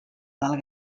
del